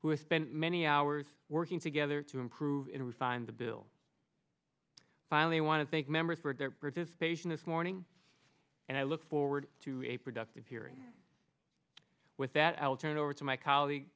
have spent many hours working together to improve it we find the bill finally want to thank members for their participation this morning and i look forward to a productive hearing with that i'll turn it over to my colleague